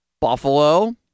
Buffalo